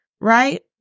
right